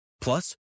Plus